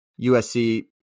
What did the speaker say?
USC